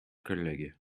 collègue